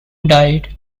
died